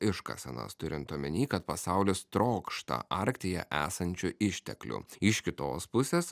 iškasenas turint omeny kad pasaulis trokšta arktyje esančių išteklių iš kitos pusės